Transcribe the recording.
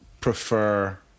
prefer